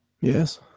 Yes